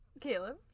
Caleb